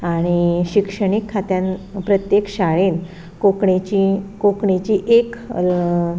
आनी शिक्षणीक खात्यांत प्रत्येक शाळेंत कोंकणींचीं कोंकणीची एक